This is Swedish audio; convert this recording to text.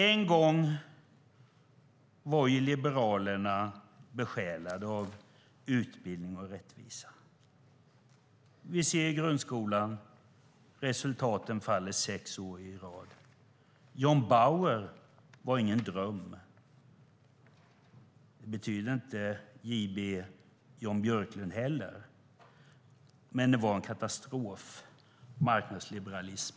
En gång var liberalerna besjälade av utbildning och rättvisa. Vi kan se på grundskolan: Resultaten faller sex år i rad. John Bauer var ingen dröm. Betyder J B inte Jan Björklund heller? Det var en katastrof, marknadsliberalism.